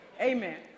Amen